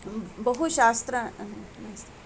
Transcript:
बहु शास्त्र